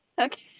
Okay